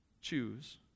choose